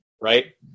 Right